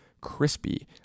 crispy